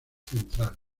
central